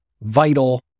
vital